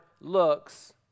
looks